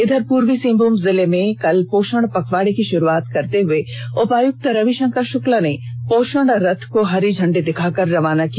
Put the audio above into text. इधर पूर्वी सिंहभूम जिले में कल पोषण पखवाड़ा की शुरूआत करते हुए उपायुक्त रविशंकर शुक्ला ने पोषण रथ को हरी झंडी दिखाकर रवाना किया